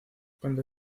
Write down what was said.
cuando